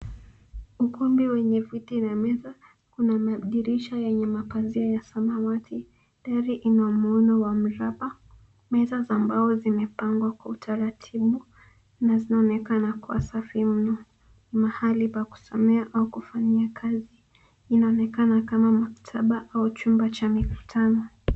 Ukumbi wenye viti na meza. Kuna madirisha yenye mapazia ya samawati. Dari ina muundo wa mraba. Meza za mbao zimepangwa kwa utaratibu zinazoonekana kuwa safi mno. Ni mahali pa kusomea au kufanyia kazi. Inaonekana kama maktaba au chumba cha mikutano.